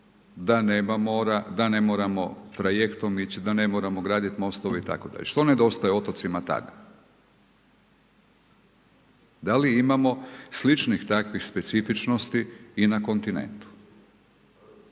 da ne moramo trajektom ići, da ne moramo graditi mostove itd.. I što nedostaje otocima tad? Da li imamo sličnih takvih specifičnosti i na kontinentu?